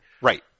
Right